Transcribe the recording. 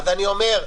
אני אומר,